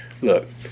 Look